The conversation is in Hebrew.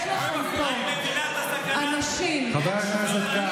יש לכם פה אנשים, חבר הכנסת כץ,